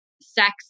sex